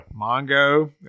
Mongo